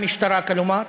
המשטרה, כלומר.